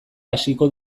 hasiko